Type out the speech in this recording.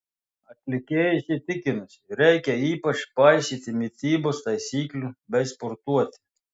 atlikėja įsitikinusi reikia ypač paisyti mitybos taisyklių bei sportuoti